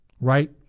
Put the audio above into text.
right